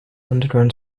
underground